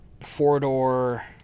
four-door